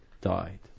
died